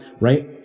right